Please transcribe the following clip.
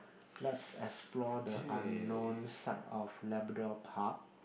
let's explore the unknown side of Labrador-Park